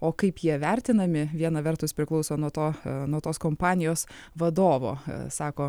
o kaip jie vertinami viena vertus priklauso nuo to nuo tos kompanijos vadovo sako